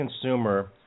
consumer